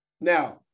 Now